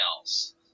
else